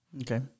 Okay